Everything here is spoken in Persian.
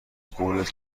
قولت